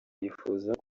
yifuza